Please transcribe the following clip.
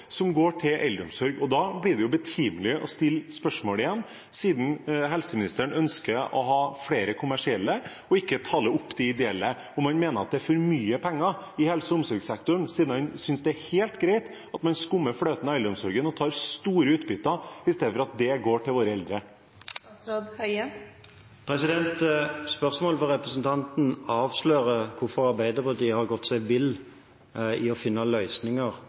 som skulle gått til eldreomsorg. Da er det betimelig igjen å stille spørsmålet: Siden helseministeren ønsker å ha flere kommersielle og ikke øke tallet på de ideelle, og man mener at det er for mye penger i helse- og omsorgssektoren, synes han det er helt greit at man skummer fløten av eldreomsorgen og tar store utbytter, i stedet for at det går til våre eldre? Spørsmålet fra representanten avslører hvorfor Arbeiderpartiet har gått seg vill i å finne løsninger